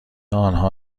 آنها